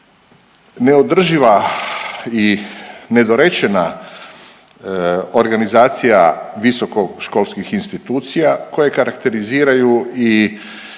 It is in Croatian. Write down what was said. neodrživa i nedorečena organizacija visokoškolskih institucija koje karakteriziraju i